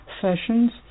sessions